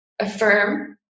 affirm